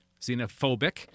xenophobic